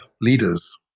leaders